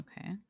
Okay